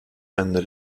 ende